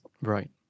right